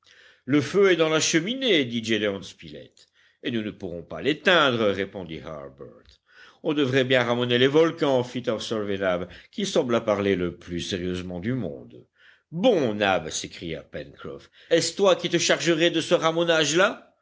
le feu est dans la cheminée dit gédéon spilett et nous ne pourrons pas l'éteindre répondit harbert on devrait bien ramoner les volcans fit observer nab qui sembla parler le plus sérieusement du monde bon nab s'écria pencroff est-ce toi qui te chargerais de ce ramonage là